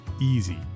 easy